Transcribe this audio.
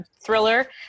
thriller